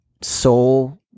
soul